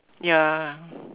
ya